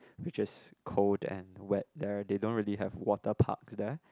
which is cold there and wet there they don't really have water parks there